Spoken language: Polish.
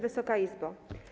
Wysoka Izbo!